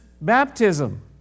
baptism